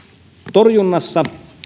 torjunnassa